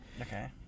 Okay